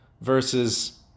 versus